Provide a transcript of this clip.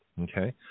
Okay